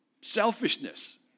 selfishness